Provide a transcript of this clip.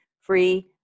free